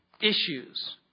issues